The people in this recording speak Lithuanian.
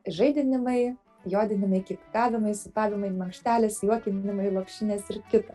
žaidinimai jodinimai kykavimai sūpavimai mankštelės juokinimai lopšinės ir kita